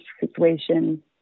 situation